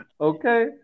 Okay